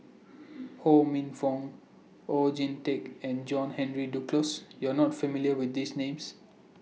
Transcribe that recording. Ho Minfong Oon Jin Teik and John Henry Duclos YOU Are not familiar with These Names